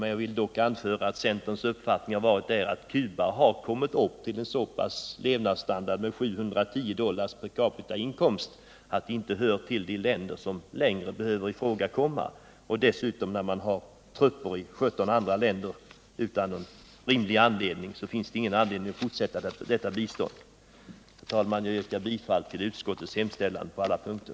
Men jag vill anföra att centerns uppfattning där har varit att Cuba kommit upp till så pass god levnadsstandard, med 710 dollar i inkomst per capita, att landet inte längre hör till de länder som behöver ifrågakomma för bistånd. Och när landet dessutom har trupper i 17 andra länder utan rimlig anledning, så finns det ingen anledning att fortsätta med biståndet. Herr talman! Jag yrkar bifall till utskottets hemställan på alla punkter.